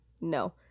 no